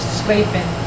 sleeping